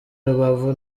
rubavu